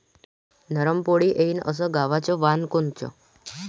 नरम पोळी येईन अस गवाचं वान कोनचं?